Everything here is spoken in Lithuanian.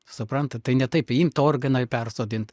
suprantat tai ne taip imt organą ir persodint